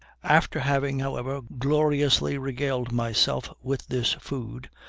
after having, however, gloriously regaled myself with this food,